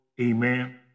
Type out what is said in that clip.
amen